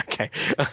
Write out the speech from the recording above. Okay